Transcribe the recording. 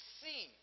see